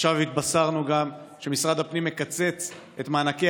עכשיו גם התבשרנו שמשרד הפנים מקצץ את מענקי